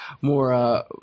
more